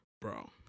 bro